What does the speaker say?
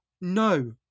No